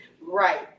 Right